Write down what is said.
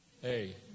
Hey